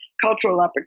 cultural